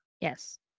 Yes